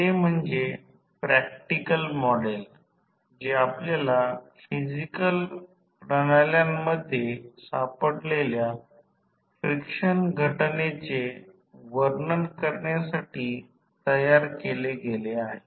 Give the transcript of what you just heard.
तर सामान्यत प्राथमिक आणि माध्यमिक वर DC मोजमाप करून प्रतिकार वेगळे केले जाऊ शकते आणि AC मूल्यांसाठी योग्यरित्या त्या दुरुस्त केल्या जातात